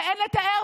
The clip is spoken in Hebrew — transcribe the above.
זה אין לתאר.